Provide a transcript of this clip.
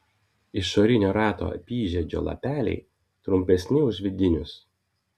išorinio rato apyžiedžio lapeliai trumpesni už vidinius